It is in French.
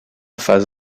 face